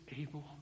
able